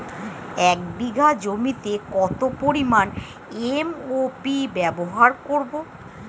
এক বিঘা জমিতে কত পরিমান এম.ও.পি ব্যবহার করব?